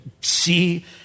see